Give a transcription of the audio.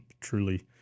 truly